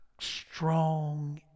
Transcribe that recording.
Strong